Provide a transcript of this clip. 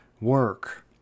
work